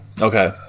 Okay